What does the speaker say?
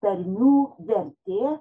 tarmių vertė